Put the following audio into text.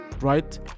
Right